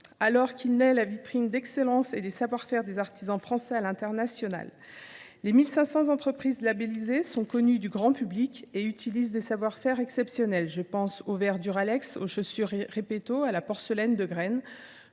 alors qu’il est la vitrine de l’excellence et des savoir faire des artisans français à l’international. Les 1 500 entreprises labellisées sont connues du grand public et ont des savoir faire exceptionnels. Je pense aux verres Duralex, aux chaussures Repetto ou à la porcelaine Degrenne,